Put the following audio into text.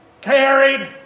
carried